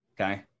Okay